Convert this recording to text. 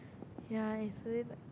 ya it's really like